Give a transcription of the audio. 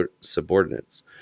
subordinates